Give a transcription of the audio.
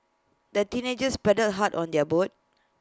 the teenagers paddled hard on their boat